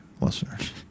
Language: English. listeners